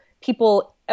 people